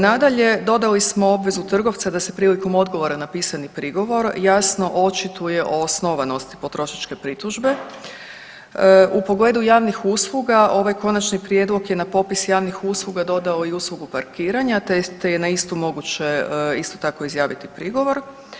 Nadalje, dodali smo obvezu trgovca da se prilikom odgovora na pisani prigovor jasno očituje o osnovanosti potrošačke pritužbe, u pogledu javnih usluga, ovaj Konačni prijedlog je na popis javnih usluga dodao i uslugu parkiranja te je na istu moguće isto tako izjaviti prigovor.